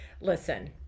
listen